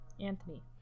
Anthony